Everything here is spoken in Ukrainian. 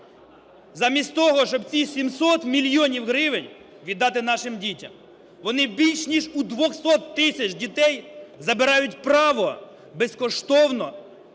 замість того щоб ці 700 мільйонів гривень віддати нашим дітям. Вони більш ніж у 200 тисяч дітей забирають право безкоштовно